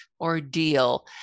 ordeal